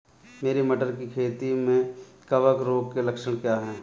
मेरी मटर की खेती में कवक रोग के लक्षण क्या हैं?